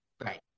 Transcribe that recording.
Right